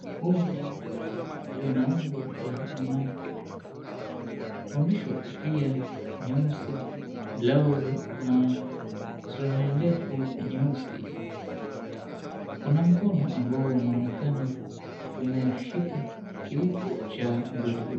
Huu ni mdoli ulio na umbo la mwanamke. Umevishwa kofia nyeusi, blausi na suruali ndefu nyeusi. Kuna mkono ambao unaonekana umeushika kiwiko cha mdoli huu.